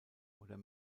oder